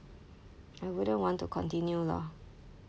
I wouldn't want to continue lah